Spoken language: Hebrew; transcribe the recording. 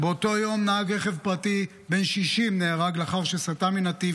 באותו יום נהג רכב פרטי בן 60 נהרג לאחר שסטה מנתיב,